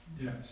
Yes